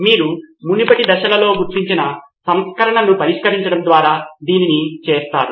మీరు మునుపటి దశలలో గుర్తించిన సంఘర్షణను పరిష్కరించడం ద్వారా దీన్ని చేస్తారు